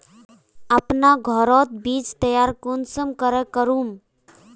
अपना घोरोत बीज तैयार कुंसम करे करूम?